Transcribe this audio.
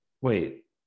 Wait